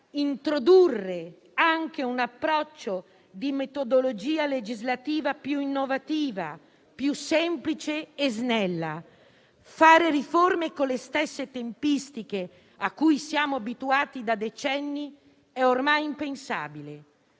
introdurre anche un approccio di metodologia legislativa più innovativa, più semplice e snella. Fare riforme con le stesse tempistiche a cui siamo abituati da decenni è ormai impensabile.